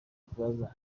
plaza